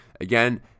Again